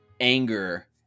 anger